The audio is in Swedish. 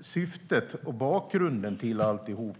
Syftet med och bakgrunden till alltihop,